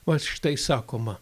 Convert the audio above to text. vat štai sakoma